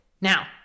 Now